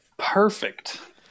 perfect